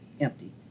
empty